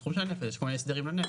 בתחום של הנפט יש כל מיני הסדרים לנפט